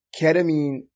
ketamine